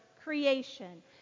creation